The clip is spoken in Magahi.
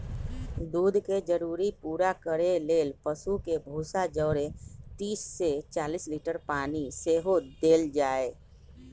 दूध के जरूरी पूरा करे लेल पशु के भूसा जौरे तीस से चालीस लीटर पानी सेहो देल जाय